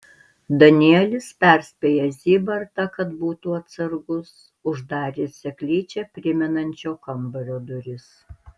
danielis perspėjęs zybartą kad būtų atsargus uždarė seklyčią primenančio kambario duris